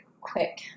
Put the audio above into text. quick